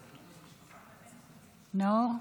נאור,